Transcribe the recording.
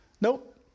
Nope